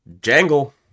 Jangle